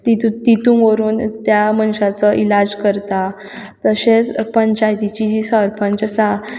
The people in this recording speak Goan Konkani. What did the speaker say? तातूंत व्हरून त्या मनशाचो इलाज करता तशेंच पंचायतीची जीं सरपंच आसा